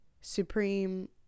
supreme